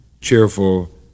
cheerful